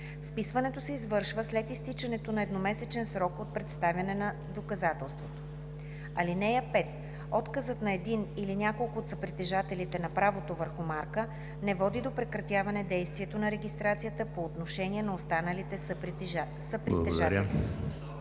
Вписването се извършва след изтичането на едномесечен срок от представяне на доказателството. (5) Отказът на един или няколко от съпритежателите на правото върху марка не води до прекратяване действието на регистрацията по отношение на останалите съпритежатели.“